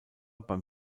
beim